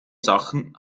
sachen